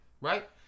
right